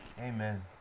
Amen